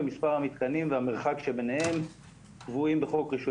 מספר המתקנים והמרחק שביניהם קבועים בחוק רישוי